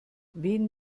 wen